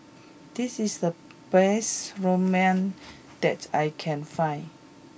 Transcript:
this is the best Ramen that I can find